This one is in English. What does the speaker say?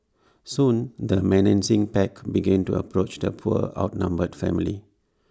soon the menacing pack began to approach the poor outnumbered family